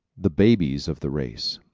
the babies of the race